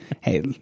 Hey